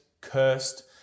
cursed